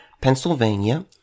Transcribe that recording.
Pennsylvania